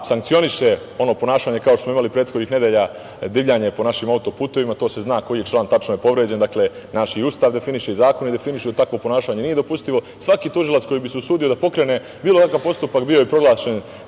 sankcioniše ono ponašanje kao što smo imali prethodnih nedelja, divljanje po našim autoputevima, to se zna koji je član tačno povređen, naš i Ustav definiše i zakoni definišu da takvo ponašanje nije dopustivo, svaki tužilac koji bi se usudio da pokrene bilo kakav postupak bio bi proglašen